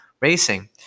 racing